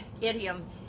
idiom